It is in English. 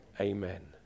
Amen